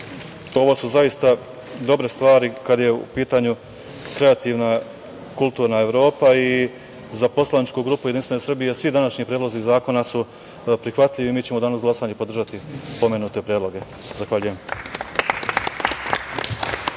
EU.Ovo su zaista dobre stvari kada je u pitanju kreativna kulturna Evropa i za poslaničku grupu JS svi današnji predlozi zakona su prihvatljivi. Mi ćemo u danu za glasanje podržati pomenute predloge. Zahvaljujem.